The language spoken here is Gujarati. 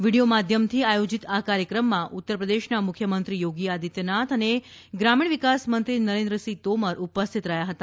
વીડિયો માધ્યમથી આયોજિત આ કાર્યક્રમમાં ઉત્તરપ્રદેશનાં મુખ્યમંત્રી યોગી આદિત્યનાથ અને ગ્રામીણ વિકાસમંત્રી નરેન્દ્રસિંહ તોમર ઉપસ્થિત રહ્યા હતા